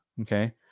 Okay